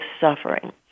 suffering